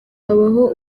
habaho